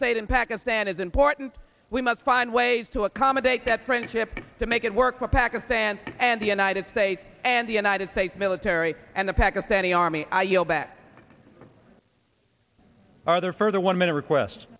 states and pakistan is important we must find ways to accommodate that friendship to make it work for pakistan and the united states and the united states military and the pakistani army i yield back are there further one minute request